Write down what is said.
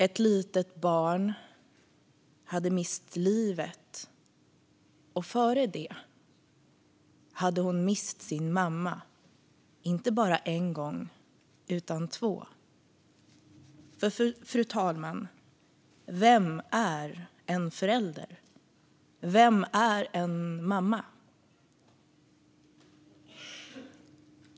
Ett litet barn hade mist livet. Före det hade hon mist sin mamma inte bara en gång utan två gånger. Fru talman! Vem är en förälder? Vem är en mamma?